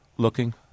looking